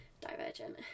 divergent